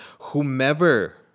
whomever